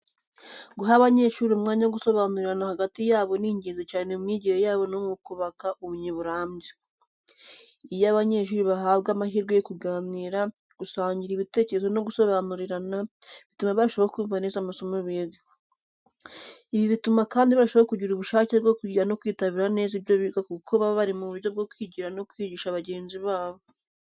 Guha abanyeshuri umwanya wo gusobanurirana hagati yabo ni ingenzi cyane mu myigire yabo no mu kubaka ubumenyi burambye. Iyo abanyeshuri bahabwa amahirwe yo kuganira, gusangira ibitekerezo no gusobanurirana, bituma barushaho kumva neza amasomo biga. Ibi bituma kandi barushaho kugira ubushake bwo kwiga no kwitabira neza ibyo biga kuko baba bari mu buryo bwo kwigira no kwigisha bagenzi babo.